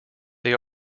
they